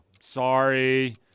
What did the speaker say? sorry